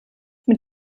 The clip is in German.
mit